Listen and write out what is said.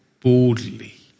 Boldly